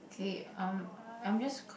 okay um I'm just